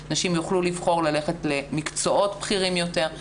נשים יוכלו לבחור ללכת למקצועות בכירים יותר,